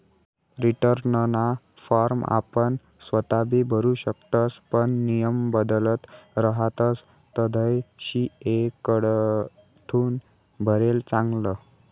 रीटर्नना फॉर्म आपण सोताबी भरु शकतस पण नियम बदलत रहातस तधय सी.ए कडथून भरेल चांगलं